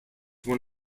one